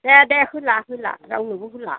दे दे होला होला रावनोबो होला